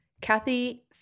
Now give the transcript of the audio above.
Kathy